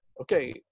Okay